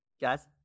guys